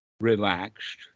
relaxed